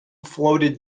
floated